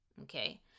Okay